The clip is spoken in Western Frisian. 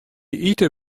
ite